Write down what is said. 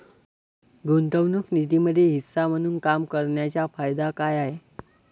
गुंतवणूक निधीमध्ये हिस्सा म्हणून काम करण्याच्या फायदा काय आहे?